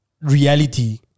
reality